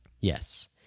Yes